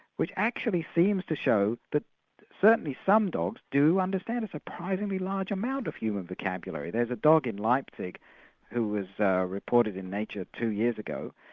which actually seems to show that but certainly some dogs do understand a surprisingly large amount of human vocabulary. there's a dog in leipzig who was reported in nature two years ago,